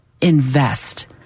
invest